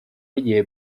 rye